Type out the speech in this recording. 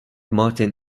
martin